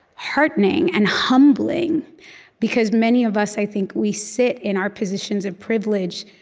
heartening and humbling because many of us, i think, we sit in our positions of privilege,